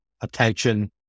attention